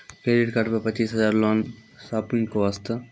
Credit card मे पचीस हजार हजार लोन शॉपिंग वस्ते?